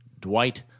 Dwight